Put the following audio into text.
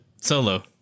Solo